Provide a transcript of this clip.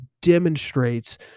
demonstrates